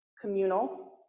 communal